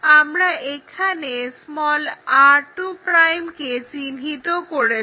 আমরা এখানে r2' কে চিহ্নিত করেছি